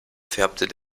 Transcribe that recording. färbt